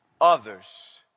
Others